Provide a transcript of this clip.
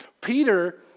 Peter